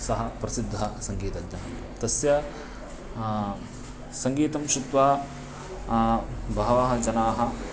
सः प्रसिद्धः सङ्गीतज्ञः तस्य सङ्गीतं श्रुत्वा बहवः जनाः